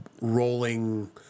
rolling